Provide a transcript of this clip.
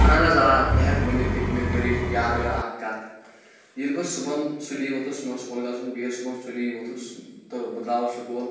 اہن حظ آ بہٕ ہٮ۪کہٕ ؤنِتھ پٔتمہِ ؤرۍ یِچ یادگار اَکھ کَتھ ییٚلہِ بہٕ صُبَحن سُلی ووٚتھُس مےٚ اوس سکوٗل گژھُن بہٕ ییٚلہِ صُبَحن سُلی ووٚتھُس تہٕ بہٕ درٛاوُس سکوٗل